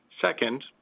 Second